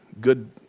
good